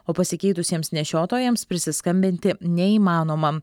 o pasikeitusiems nešiotojams prisiskambinti neįmanoma